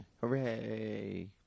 Hooray